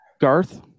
Garth